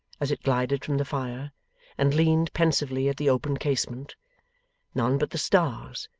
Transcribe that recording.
as it glided from the fire and leaned pensively at the open casement none but the stars,